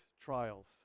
trials